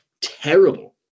terrible